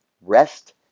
rest